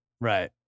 right